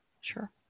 sure